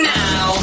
now